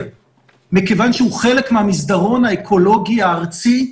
מכיוון שהוא חלק מהמסדרון האקולוגי הארצי.